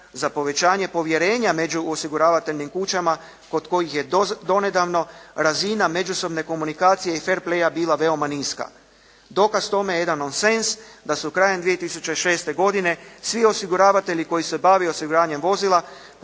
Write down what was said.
za povećanje povjerenja među osiguravateljnim kućama kod kojih je donedavno razina međusobne komunikacije i fer play bila veoma niska. Dakaz tome je jedan nonsence da su krajem 2006. godine svi osiguravatelji koji su se bavili osiguranjem vozila